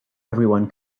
everyone